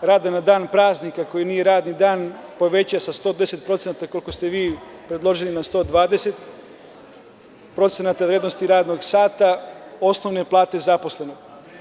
rada na dan praznika koji nije radni dan poveća sa 110%, koliko ste vi predložili, na 120% vrednosti radnog sata osnovne plate zaposlenog.